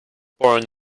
born